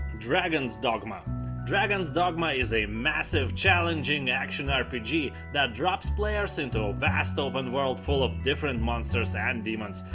dragon's dogma dragon's dogma is a massive, challenging action-rpg that drops players into a vast open world full of different monsters and demons.